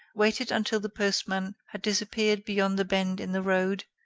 waited until the postman had disappeared beyond the bend in the road,